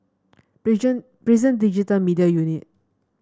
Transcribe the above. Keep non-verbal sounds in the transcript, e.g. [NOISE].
[UNINTELLIGIBLE] Prison Digital Media Unit